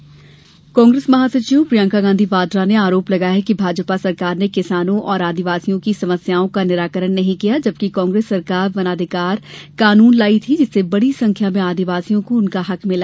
प्रियंका दौरा कांग्रेस महासचिव प्रियंका गांधी वाड़ा ने आरोप लगाया है कि भाजपा सरकार ने किसानों और आदिवासियों की समस्याओं का निराकरण नहीं किया जबकि कांग्रेस सरकार वनाधिकार कानून लाई थी जिससे बड़ी संख्या में आदिवासियों को उनका हक मिला